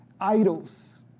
Idols